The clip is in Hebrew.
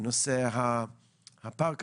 בנושא הפארק.